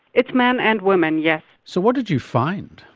it's men and women yes. so what did you find?